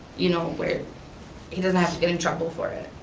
you know, where he doesn't have to get in trouble for it.